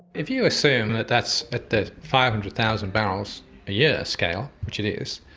if you assume that that's at the five hundred thousand barrels a year scale, which it is,